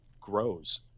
grows